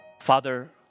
Father